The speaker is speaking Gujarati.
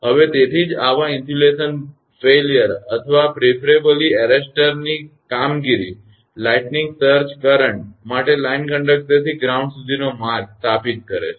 હવે તેથી જ આવા ઇન્સ્યુલેશન ભંગાણ અથવા પ્રાધાન્યરૂપે એરેસ્ટર કામગીરી લાઇટનીંગ સર્જ કરંટ માટે લાઇન કંડક્ટરથી ગ્રાઉન્ડ સુધીનો માર્ગ સ્થાપિત કરે છે